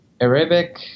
Arabic